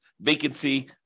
vacancy